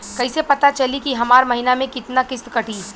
कईसे पता चली की हमार महीना में कितना किस्त कटी?